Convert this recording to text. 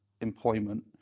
employment